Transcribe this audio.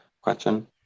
question